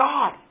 God